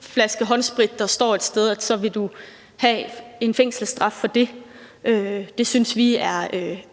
flaske håndsprit, der står et sted, så vil få en fængselsstraf for det. Det synes vi er meget